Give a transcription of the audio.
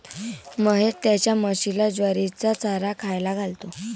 महेश त्याच्या म्हशीला ज्वारीचा चारा खायला घालतो